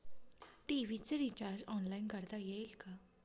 TV चे recharge online करता येईल का?